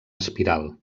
espiral